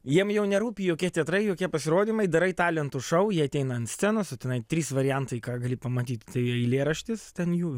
jiem jau nerūpi jokie teatrai jokie pasirodymai darai talentų šou jie ateina ant scenos o tenai trys variantai ką gali pamatyt tai eilėraštis ten jų